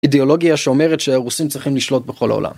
אידאולוגיה שאומרת שהרוסים צריכים לשלוט בכל העולם.